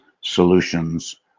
solutions